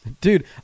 dude